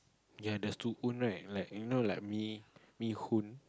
ya there's two right you know like me me